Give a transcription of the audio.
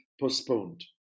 postponed